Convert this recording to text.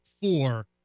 four